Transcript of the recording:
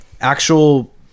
actual